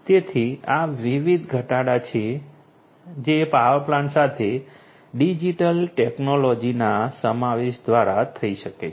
તેથી આ વિવિધ ઘટાડા છે જે પાવર પ્લાન્ટ સાથે ડિજિટલ ટેક્નોલોજીના સમાવેશ દ્વારા થઈ શકે છે